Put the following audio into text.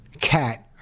cat